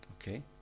Okay